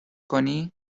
کنی